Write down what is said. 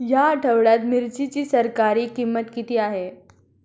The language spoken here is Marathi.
या आठवड्यात मिरचीची सरासरी किंमत किती आहे?